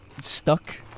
stuck